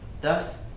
Thus